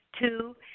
Two